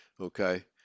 okay